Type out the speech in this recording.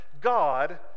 God